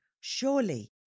surely